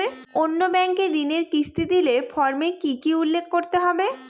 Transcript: অন্য ব্যাঙ্কে ঋণের কিস্তি দিলে ফর্মে কি কী উল্লেখ করতে হবে?